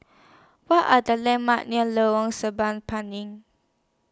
What Are The landmarks near Lorong Sireh Pinang